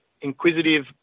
inquisitive